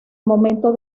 momento